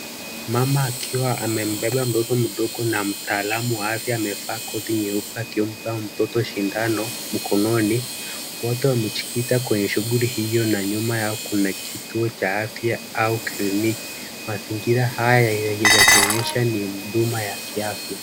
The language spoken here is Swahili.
Mama akiwa amembeba mtoto mdogo na mtaalamu wa afya amevaa koti nyeupe akimpa mtoto sindano mkononi. Wote wamejikita kwenye shughuli hiyo na nyuma yao kuna kituo cha afya au kliniki. Mazingira haya yakionyesha ni huduma ya kiafya.